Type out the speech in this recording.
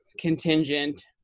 contingent